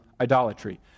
idolatry